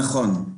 נכון.